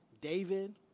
David